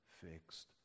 fixed